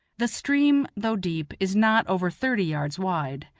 the stream, though deep, is not over thirty yards wide,